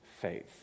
faith